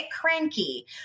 cranky